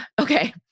Okay